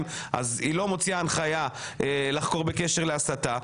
ולכן היא לא מוציאה הנחיה לחקור בקשר להסתה.